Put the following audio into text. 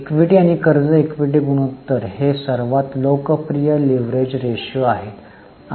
equity किंवा कर्ज equity गुणोत्तर कर्ज हे सर्वात लोकप्रिय लीव्हरेज रेशो आहेत